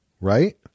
right